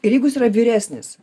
ir jeigu yra vyresnis